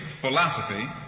philosophy